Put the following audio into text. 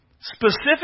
Specific